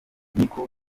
niko